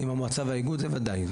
עם המועצה והאיגוד, זה וודאי.